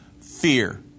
Fear